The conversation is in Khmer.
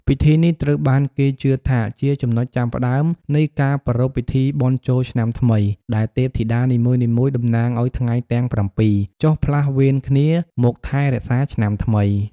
ពិធីនេះត្រូវបានគេជឿថាជាចំណុចចាប់ផ្ដើមនៃការប្រារព្ធពិធីបុណ្យចូលឆ្នាំថ្មី ដែលទេពធីតានីមួយៗតំណាងឲ្យថ្ងៃទាំងប្រាំពីរ ចុះផ្លាស់វេនគ្នាមកថែរក្សាឆ្នាំថ្មី។